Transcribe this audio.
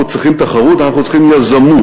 אנחנו צריכים יזמות.